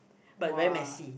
but very messy